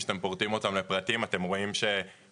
שאתם פורטים אותם לפרטים אתם רואים שחוף